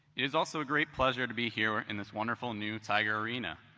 it is also a great pleasure to be here in this wonderful new tiger arena,